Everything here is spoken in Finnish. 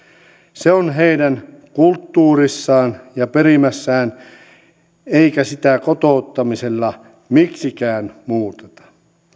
se on heidän kulttuurissaan ja perimässään eikä sitä kotouttamisella miksikään muuteta